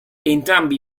entrambi